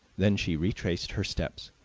then she retraced her steps,